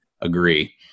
agree